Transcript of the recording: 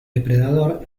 depredador